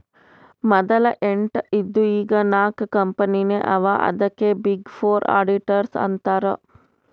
ಮದಲ ಎಂಟ್ ಇದ್ದು ಈಗ್ ನಾಕ್ ಕಂಪನಿನೇ ಅವಾ ಅದ್ಕೆ ಬಿಗ್ ಫೋರ್ ಅಡಿಟರ್ಸ್ ಅಂತಾರ್